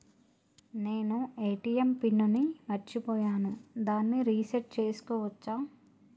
నేను ATM pin ని మరచిపోయాను దాన్ని రీ సెట్ చేసుకోవచ్చా?